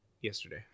yesterday